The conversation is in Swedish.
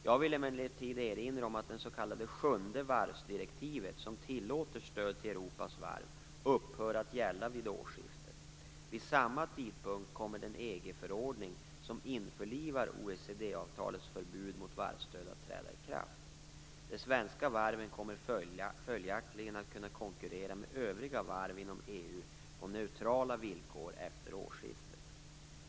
Jag vill emellertid erinra om att det s.k. sjunde varvsdirektivet som tillåter stöd till Europas varv upphör att gälla vid årsskiftet. Vid samma tidpunkt kommer den EG förordning som införlivar OECD-avtalets förbud mot varvsstöd att träda i kraft. De svenska varven kommer följaktligen att kunna konkurrera med övriga varv inom EU på neutrala villkor efter årsskiftet.